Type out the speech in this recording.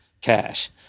cash